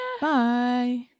Bye